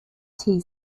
tea